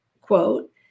quote